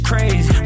crazy